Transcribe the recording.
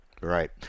Right